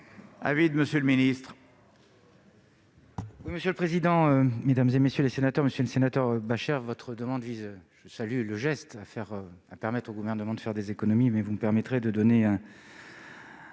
raison, monsieur le ministre.